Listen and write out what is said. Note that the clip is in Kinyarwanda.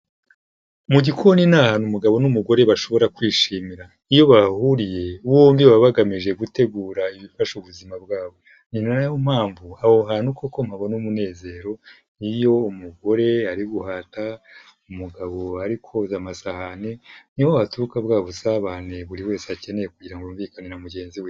Mu gikoni ni ahantu umugabo n'umugore bashobora kwishimira, iyo bahahuriye bombi baba bagamije gutegura ibifasha ubuzima bwbo, ni na yo mpamvu aho hantu koko mpabona umunezero nk'iyo umugore ari guhata, umugabo ari koza amasahani, niho haturuka bwa busabane buri wese akeneye kugira ngo yumvikane na mugenzi we.